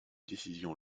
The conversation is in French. décision